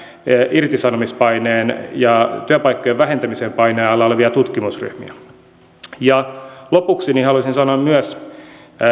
irtisanomispaineen ja työpaikkojen vähentämisen paineen alla olevia tutkimusryhmiä lopuksi haluaisin sanoa myös